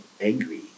angry